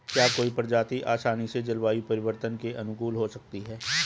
क्या कोई प्रजाति आसानी से जलवायु परिवर्तन के अनुकूल हो सकती है?